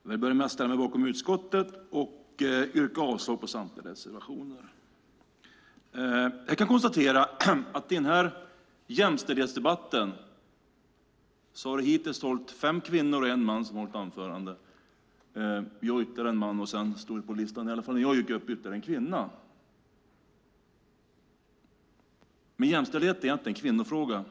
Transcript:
Herr talman! Jag vill börja med att ställa mig bakom utskottets förslag och yrka avslag på samtliga reservationer. Jag kan konstatera att i den här jämställdhetsdebatten har det hittills varit sex kvinnor och en man som har hållit anföranden. Jag är ytterligare en man och sedan stod på talarlistan, i alla fall när jag gick upp i talarstolen, ytterligare en kvinna. Men jämställdhet är inte en kvinnofråga.